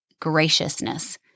graciousness